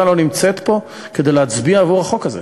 לא נמצאת פה כדי להצביע עבור החוק הזה.